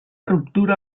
ruptura